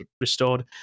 restored